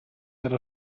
era